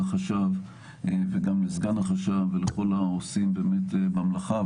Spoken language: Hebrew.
לחשב וגם לסגן החשב ולכל העושים במלאכה,